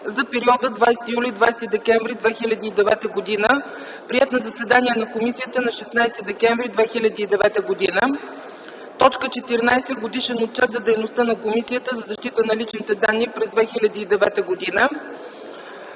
за периода 20 юли – 20 декември 2009 г., приет на заседание на комисията на 16 декември 2009 г. 14. Годишен отчет за дейността на Комисията за защита на личните данни през 2009 г.